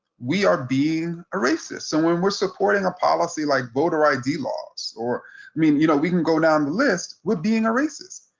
we are being a racist. so when we're supporting a policy like voter id laws, or i mean you know we can go down the list with being a racist,